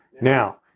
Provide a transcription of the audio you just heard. Now